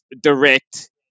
direct